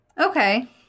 Okay